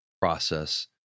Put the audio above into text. process